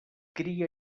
cria